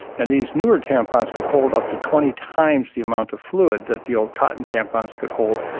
and these newer tampons could hold up to twenty times the amount of fluid that the old cotton tampons could hold,